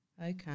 Okay